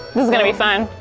this is gonna be fun.